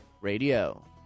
Radio